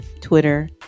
Twitter